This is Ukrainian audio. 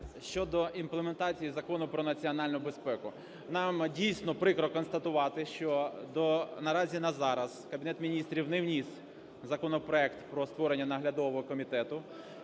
щодо імплементації Закону про національну безпеку, нам дійсно прикро констатувати, що до… наразі, на зараз Кабінет Міністрів не вніс законопроект про створення наглядового комітету.